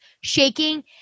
shaking